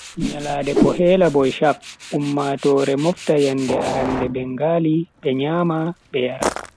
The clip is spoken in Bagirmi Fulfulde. Nyalande pohela boishakh, ummatoore mofta yende arande bengali, be nyama be yara.